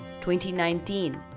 2019